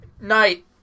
night